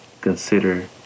consider